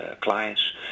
clients